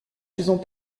faisant